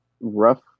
rough